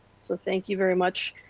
so thank you very much.